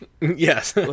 Yes